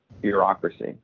bureaucracy